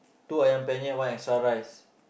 two Ayam-Penyet one extra rice